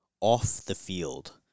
off-the-field